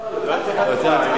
לא צריך הצבעה.